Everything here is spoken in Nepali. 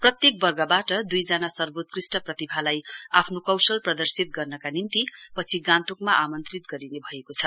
प्रत्येक वर्गवाट दुईजना सर्वोत्कृष्ट प्रतिभालाई आफ्नो कौशल प्रदर्शित गर्नका निम्ति पछि गान्तोकमा आमन्त्रित गरिने भएको छ